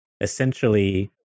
essentially